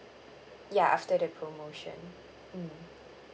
ya after the promotion mm